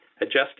Adjusting